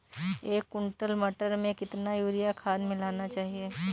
एक कुंटल मटर में कितना यूरिया खाद मिलाना चाहिए?